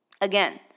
Again